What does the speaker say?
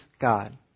God